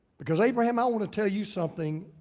because abraham, i wanna tell you something.